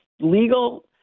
legal